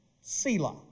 Selah